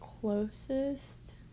closest